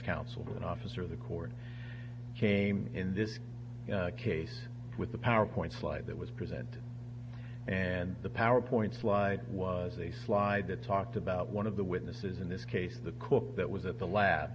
counsel an officer of the court came in this case with the powerpoint slide that was present and the powerpoint slide was a slide that talked about one of the witnesses in this case the cook that was at the lab